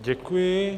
Děkuji.